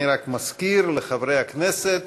אני רק מזכיר לחברי הכנסת